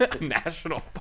national